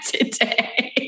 today